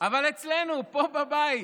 אבל אצלנו פה, בבית,